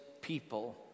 people